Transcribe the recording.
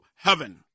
heaven